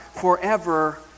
forever